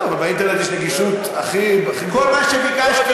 אבל באינטרנט הנגישות הכי גדולה.